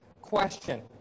question